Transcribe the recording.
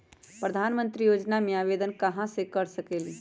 प्रधानमंत्री योजना में आवेदन कहा से कर सकेली?